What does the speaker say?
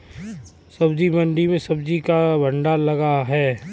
सब्जी मंडी में सब्जी का भंडार लगा है